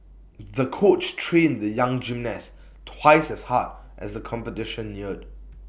the coach trained the young gymnast twice as hard as the competition neared